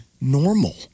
normal